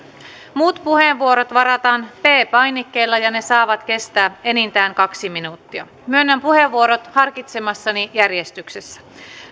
muut puheenvuorot varataan p painikkeella ja ne saavat kestää enintään kaksi minuuttia myönnän puheenvuorot harkitsemassani järjestyksessä